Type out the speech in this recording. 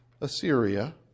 Assyria